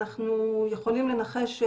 אנחנו יכולים לנחש,